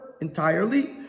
entirely